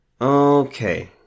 Okay